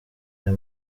aya